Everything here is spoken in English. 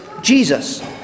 Jesus